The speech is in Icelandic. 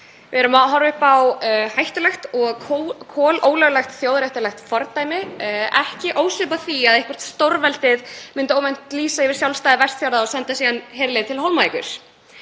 Við erum að horfa upp á hættulegt og kolólöglegt þjóðréttarlegt fordæmi, ekki ósvipað því að eitthvert stórveldið myndi óvænt lýsa yfir sjálfstæði Vestfjarða og senda síðan herlið til Hólmavíkur.